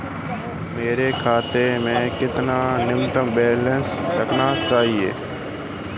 मेरे खाते में कितना न्यूनतम बैलेंस रखा जाना चाहिए?